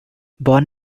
born